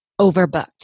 overbooked